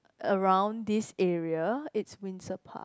around this area is Windsor Park